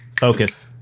focus